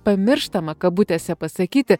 pamirštama kabutėse pasakyti